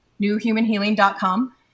Newhumanhealing.com